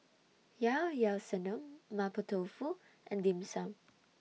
Ilao Ilao Sanum Mapo Tofu and Dim Sum